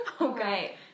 Okay